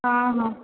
ହଁ ହଁ